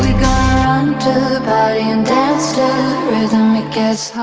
run to the party and dance to the rhythm, it gets